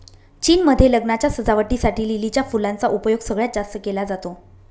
चीन मध्ये लग्नाच्या सजावटी साठी लिलीच्या फुलांचा उपयोग सगळ्यात जास्त केला जातो